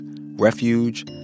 Refuge